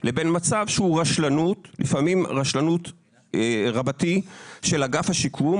לבין מצב שהוא רשלנות לפעמים רשלנות רבתי של אגף השיקום,